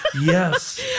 Yes